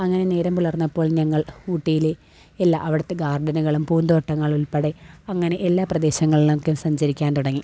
അങ്ങനെ നേരം പുലർന്നപ്പോൾ ഞങ്ങൾ ഊട്ടിയിലെ എല്ലാ അവിടുത്തെ ഗാർഡനുകളും പൂന്തോട്ടങ്ങൾ ഉള്പ്പെടെ അങ്ങനെ എല്ലാ പ്രദേശങ്ങളിലേക്കും സഞ്ചരിക്കാന് തുടങ്ങി